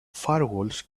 firewalls